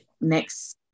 next